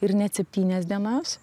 ir net septynias dienas